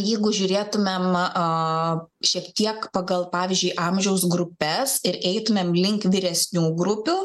jeigu žiūrėtumėm šiek tiek pagal pavyzdžiui amžiaus grupes ir eitumėm link vyresnių grupių